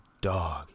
dog